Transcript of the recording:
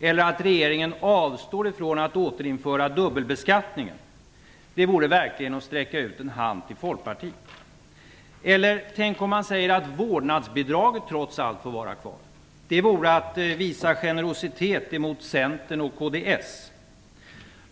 eller att regeringen avstår från att återinföra dubbelbeskattningen. Det vore verkligen att sträcka ut en hand till Folkpartiet. Eller tänk om han säger att vårdnadsbidraget trots allt får vara kvar. Det vore att visa generositet mot Centern och Kds.